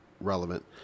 relevant